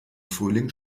frühling